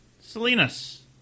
Salinas